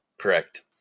Correct